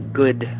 good